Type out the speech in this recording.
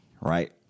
right